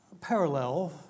parallel